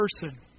person